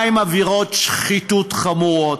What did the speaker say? מה עם עבירות שחיתות חמורות?